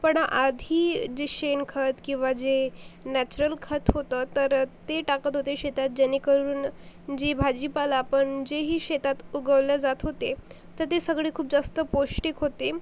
पण आधी जे शेणखत किंवा जे नॅचरल खत होतं तर ते टाकत होते शेतात जेणेकरून जी भाजीपाला आपण जेही शेतात उगवलं जात होते तर ते सगळे खूप जास्त पौष्टिक होते